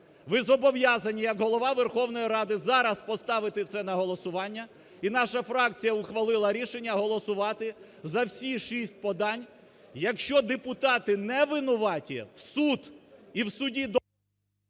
Ви зобов'язані як Голова Верховної Ради зараз поставити це на голосування. І наша фракція ухвалила рішення голосувати за всі шість подань. Якщо депутати не винуваті – в суд! І в суді…